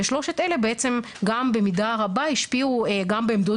כששלושת אלה בעצם גם במידה רבה השפיעו גם בעמדות